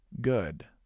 good